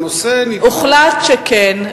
הוחלט שכן,